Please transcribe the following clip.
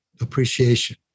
appreciation